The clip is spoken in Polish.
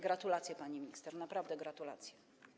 Gratulacje, pani minister, naprawdę gratulacje.